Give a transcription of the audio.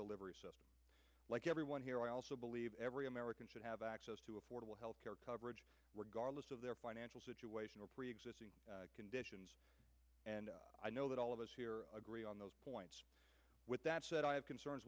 delivery like everyone here i also believe every american should have access to affordable health care coverage were garlits of their financial situation or preexisting conditions and i know that all of us here agree on those points with that said i have concerns